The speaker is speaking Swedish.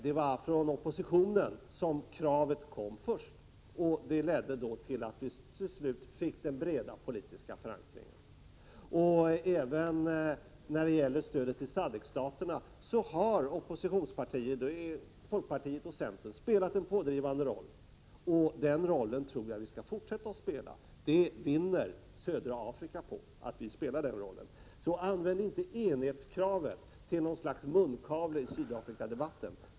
Det var från oppositionen som kravet kom först, och det ledde så småningom till att vi fick en bred politisk förankring. Även när det gäller stödet till SADCC staterna har oppositionspartierna folkpartiet och centern spelat en pådrivande roll, och den rollen tror jag att vi bör fortsätta att spela. Södra Afrika vinner på att vi gör det. Använd alltså inte enighetskravet som något slags munkavle i Sydafrikadebatten!